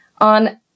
On